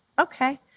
Okay